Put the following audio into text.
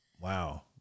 Wow